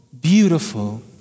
beautiful